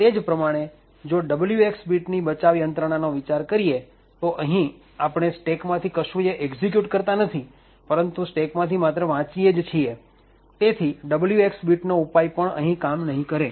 તે જ પ્રમાણે જો WX બીટ ની બચાવ યંત્રણાનો વિચાર કરીએ તો અહી આપણે સ્ટેક માંથી કશુયે એક્ષિક્યુટ કરતા નથી પરંતુ સ્ટેક માંથી માત્ર વાંચીએ જ છીએ તેથી WX બીટ નો ઉપાય પણ અહીં કામ નહિ કરે